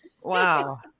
Wow